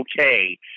okay